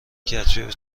کتبی